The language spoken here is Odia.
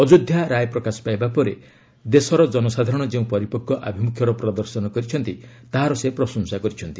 ଅଯୋଧ୍ୟା ରାୟ ପ୍ରକାଶ ପାଇବା ପରେ ଦେଶରେ ଜନସାଧାରଣ ଯେଉଁ ପରିପକ୍ୱ ଆଭିମୁଖ୍ୟର ପ୍ରଦର୍ଶନ କରିଛନ୍ତି ତାହାର ସେ ପ୍ରଶଂସା କରିଛନ୍ତି